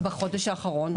בחודש האחרון.